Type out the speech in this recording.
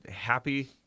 happy